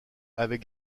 avait